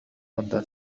مدة